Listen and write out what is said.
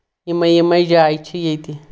یِمے یِمَے جایہِ چھِ ییٚتہِ